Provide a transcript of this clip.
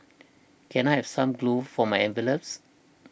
can I have some glue for my envelopes